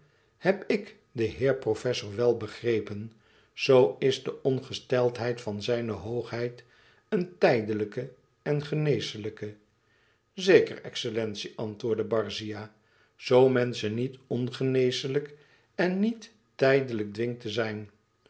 heb ik den heer professor wel begrepen zoo is de ongesteldheid van zijne hoogheid een tijdelijke en geneeslijk zeker excellentie antwoordde barzia zoo men ze niet ongeneeslijk en niet tijdelijk dwingt te zijn